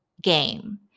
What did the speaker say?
game